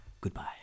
Goodbye